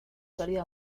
sólido